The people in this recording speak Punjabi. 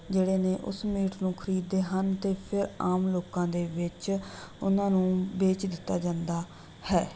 ਜਿਹੜੇ ਨੇ ਉਸ ਮੀਟ ਨੂੰ ਖਰੀਦਦੇ ਹਨ ਅਤੇ ਫਿਰ ਆਮ ਲੋਕਾਂ ਦੇ ਵਿੱਚ ਉਨ੍ਹਾਂ ਨੂੰ ਵੇਚ ਦਿੱਤਾ ਜਾਂਦਾ ਹੈ